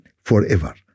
forever